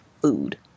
food